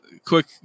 Quick